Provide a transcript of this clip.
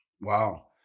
wow